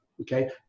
Okay